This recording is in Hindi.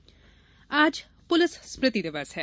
स्मृति दिवस आज पुलिस स्मृति दिवस है